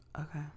Okay